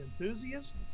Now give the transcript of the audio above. enthusiast